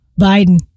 Biden